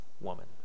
woman